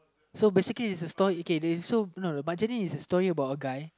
so basically it's a story okay then so no no no Margarine is a story about a guy